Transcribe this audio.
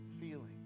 feeling